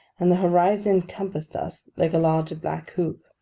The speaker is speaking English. and the horizon encompassed us like a large black hoop.